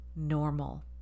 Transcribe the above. normal